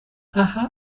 aha